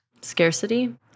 Scarcity